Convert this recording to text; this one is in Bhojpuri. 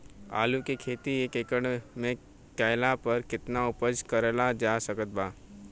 आलू के खेती एक एकड़ मे कैला पर केतना उपज कराल जा सकत बा?